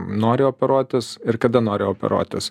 nori operuotis ir kada nori operuotis